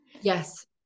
Yes